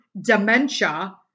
dementia